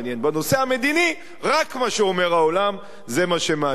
בנושא המדיני, רק מה שאומר העולם זה מה שמעניין.